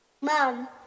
Mom